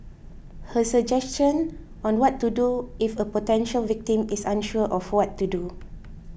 her suggestion on what to do if a potential victim is unsure of what to do